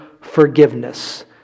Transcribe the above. forgiveness